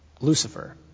Lucifer